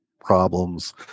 problems